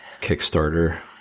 Kickstarter